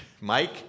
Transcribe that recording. Mike